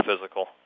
physical